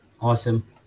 awesome